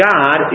God